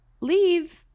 leave